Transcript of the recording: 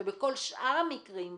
ובכל שאר המקרים,